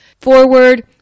forward